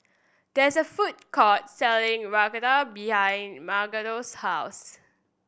there is a food court selling Raita behind Marquita's house